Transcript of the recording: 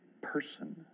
person